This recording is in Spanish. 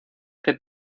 que